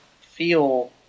feel